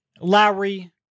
Lowry